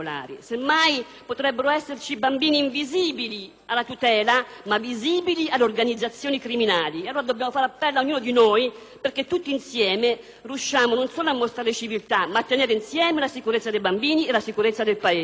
alla tutela, ma visibili alle organizzazioni criminali. Allora dobbiamo fare appello ad ognuno di noi perché tutti insieme riusciamo non solo a mostrare civiltà, ma a tenere insieme la sicurezza dei bambini e la sicurezza del Paese.